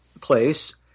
place